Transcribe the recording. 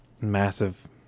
massive